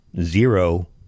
Zero